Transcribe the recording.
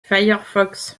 firefox